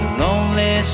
lonely